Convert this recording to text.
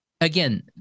again